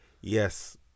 Yes